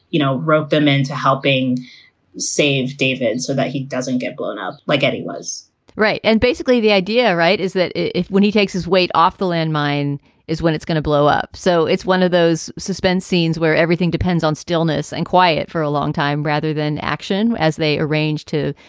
you know, rope them into helping save david so that he doesn't get blown up like he was right. and basically, the idea right is that if when he takes his weight off, the landmine is when it's going to blow up. so it's one of those suspense scenes where everything depends on stillness and quiet for a long time rather than action as they arrange to,